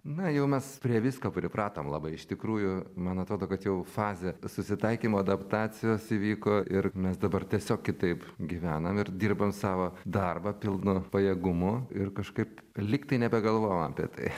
na jau mes prie visko pripratom labai iš tikrųjų man atrodo kad jau fazė susitaikymo adaptacijos įvyko ir mes dabar tiesiog kitaip gyvenam ir dirbam savo darbą pilnu pajėgumu ir kažkaip lyg tai nebegalvojam apie tai